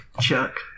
Chuck